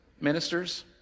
ministers